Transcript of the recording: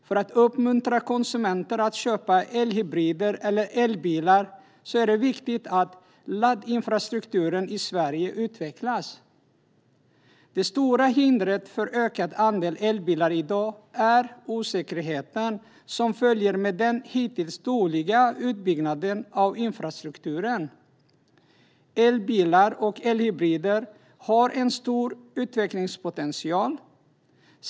För att uppmuntra konsumenter att köpa elhybrider eller elbilar är det viktigt att laddinfrastrukturen i Sverige utvecklas. Det stora hindret för en ökad andel elbilar i dag är osäkerheten som följer med den hittills dåliga utbyggnaden av infrastrukturen. Elbilar och elhybrider har en stor utvecklingspotential.